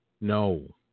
no